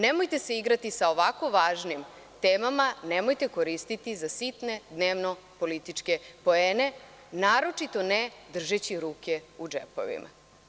Nemojte se igrati sa ovako važnim temama, nemojte koristiti za sitne dnevno-političke poene, naročito ne držeći ruke u džepovima.